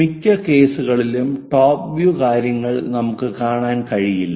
മിക്ക കേസുകളിലും top view കാര്യങ്ങൾ നമുക്ക് കാണാൻ കഴിയില്ല